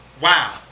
Wow